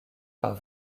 par